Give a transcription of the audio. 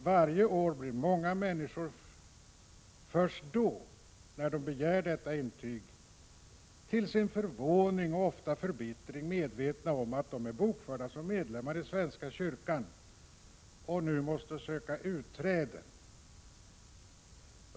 Varje år blir många människor först då — till sin förvåning och ofta förbittring — medvetna om att de är bokförda som medlemmar i Svenska kyrkan och nu måste söka utträde!